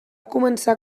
començar